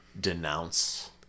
denounce